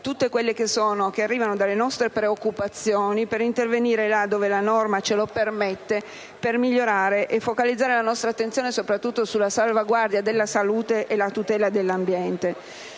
tutte le energie derivanti dalle nostre preoccupazioni per intervenire là dove la norma ce lo permette per migliorare e focalizzare la nostra attenzione soprattutto sui temi della salvaguardia della salute e della tutela dell'ambiente.